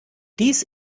dies